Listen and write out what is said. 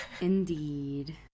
indeed